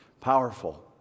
Powerful